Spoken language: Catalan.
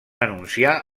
anunciar